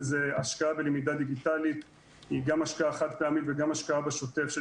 השקעה בלמידה דיגיטלית היא גם השקעה חד-פעמית וגם השקעה בשוטף של